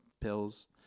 pills